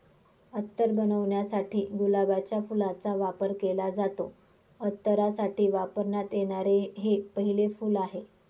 अत्तर बनवण्यासाठी गुलाबाच्या फुलाचा वापर केला जातो, अत्तरासाठी वापरण्यात येणारे हे पहिले फूल आहे